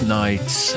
nights